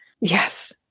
Yes